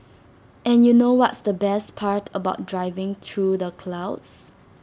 and you know what's the best part about driving through the clouds